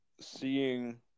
seeing